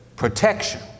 Protection